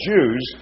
Jews